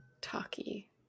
talky